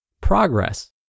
Progress